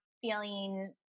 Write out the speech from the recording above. feeling